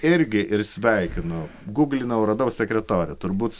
irgi ir sveikinu gūglinau radau sekretorių turbūt